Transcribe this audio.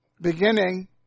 beginning